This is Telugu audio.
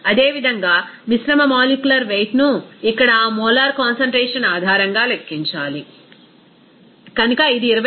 అదేవిధంగా మిశ్రమ మాలిక్యులర్ వెయిట్ ను ఇక్కడ ఆ మోలార్ కాన్సంట్రేషన్ ఆధారంగా లెక్కించాలి కనుక ఇది 25